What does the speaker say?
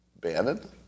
Bannon